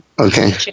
Okay